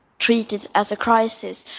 treat it as a crisis.